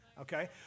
Okay